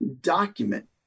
document